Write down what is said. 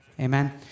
Amen